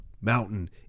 mountain